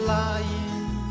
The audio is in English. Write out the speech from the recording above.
lying